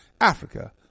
Africa